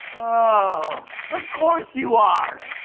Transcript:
ohhh! of course you are!